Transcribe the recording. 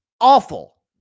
awful